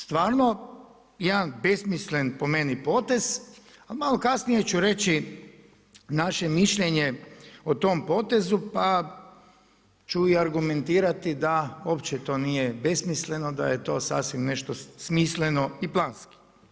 Stvarno jedan besmislen po meni potez, a malo kasnije ću reći naše mišljenje o tom potezu pa ću i argumentirati da uopće to nije besmisleno, da je to sasvim nešto smisleno i planski.